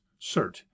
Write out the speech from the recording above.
cert